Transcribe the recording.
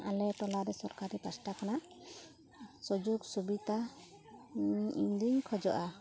ᱟᱞᱮ ᱴᱚᱞᱟᱨᱮ ᱥᱚᱨᱠᱟᱨᱤ ᱯᱟᱦᱚᱴᱟ ᱠᱷᱚᱱᱟᱜ ᱥᱩᱡᱳᱜᱽ ᱥᱩᱵᱤᱛᱟ ᱤᱧ ᱫᱚᱧ ᱠᱷᱚᱡᱚᱜᱼᱟ